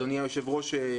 אדוני היושב-ראש,